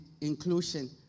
inclusion